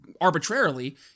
arbitrarily